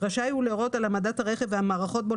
רשאי הוא להורות על העמדת הרכב והמערכות בו